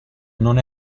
non